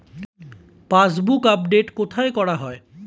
Passbook update কোথায় করা হয়?